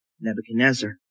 Nebuchadnezzar